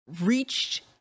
reached